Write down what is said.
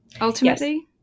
ultimately